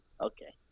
Okay